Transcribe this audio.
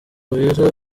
wera